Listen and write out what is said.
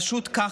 פשוט ככה.